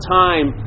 time